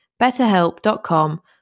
betterhelp.com